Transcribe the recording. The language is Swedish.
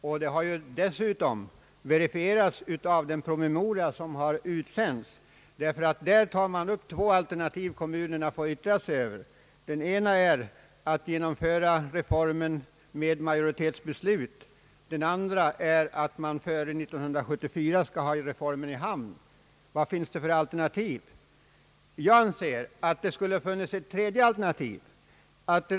Dessutom har detta nu verifierats av den promemoria som utsänts. Där tar man upp två alternativ som kommunerna får yttra sig över. Det ena är att genomföra reformen med majoritetsbeslut. Det andra är att man skall ha reformen i hamn före 1974. Jag anser att det skulle ha funnits ett tredje alternativ.